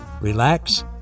relax